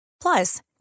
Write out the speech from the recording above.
Plus